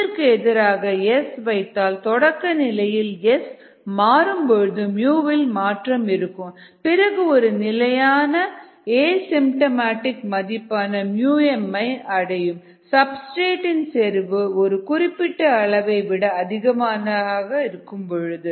விற்கு எதிராக S வைத்தால் தொடக்க நிலையில் S மாறும்பொழுது வில் மாற்றம் இருக்கும் பிறகு ஒரு நிலையான ஏ சிம்பட்டோமடிக் மதிப்பான mஐ அடையும் சப்ஸ்டிரேட் இன் செறிவு ஒரு குறிப்பிட்ட அளவை விட அதிகமாக இருக்கும் பொழுது